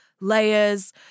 layers